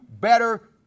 better